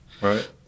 right